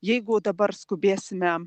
jeigu dabar skubėsime